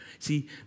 See